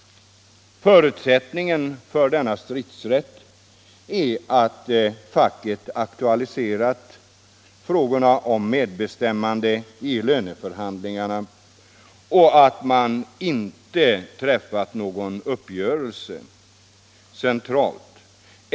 Förutsättningen för denna stridsrätt är att facket aktualiserat frågorna om medbestämmande i löneförhandlingarna och att man inte träffat någon uppgörelse centralt.